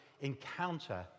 encounter